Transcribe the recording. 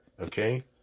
okay